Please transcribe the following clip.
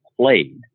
played